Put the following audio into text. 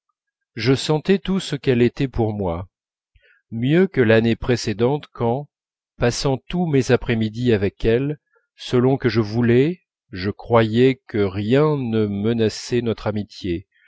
je sentais tout ce qu'elle était pour moi mieux que l'année précédente quand passant tous mes après-midi avec elle selon que je voulais je croyais que rien ne menaçait notre amitié